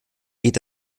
geht